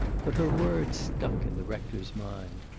but her words stuck in the rector's mind.